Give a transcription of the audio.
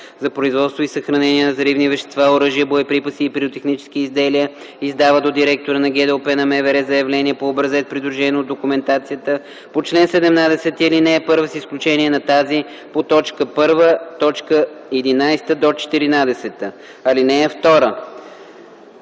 за производство и съхранение на взривни вещества, оръжия, боеприпаси и пиротехнически изделия подава до директора на ГДОП на МВР заявление по образец, придружено от документацията по чл. 17, ал. 1, с изключение на тази по т. 1, 11 - 14. (2) Когато